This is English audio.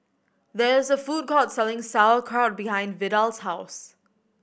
there is a food court selling Sauerkraut behind Vidal's house